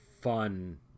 fun